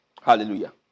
Hallelujah